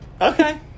Okay